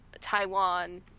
Taiwan